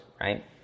right